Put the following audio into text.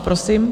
Prosím.